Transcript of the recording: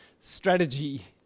strategy